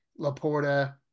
Laporta